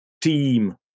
Team